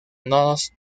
nodos